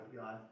God